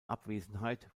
abwesenheit